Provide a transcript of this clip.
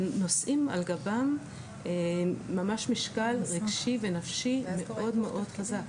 נושאים על גבם ממש משקל רגשי ונפשי מאוד חזק,